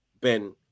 Ben